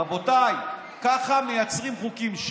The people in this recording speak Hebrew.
רבותיי, ככה מייצרים חוקים.